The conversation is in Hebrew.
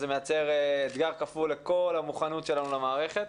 זה מייצר אתגר כפול למוכנות המערכת,